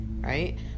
right